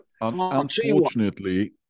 unfortunately